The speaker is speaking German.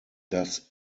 das